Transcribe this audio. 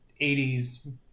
80s